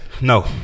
No